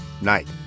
Night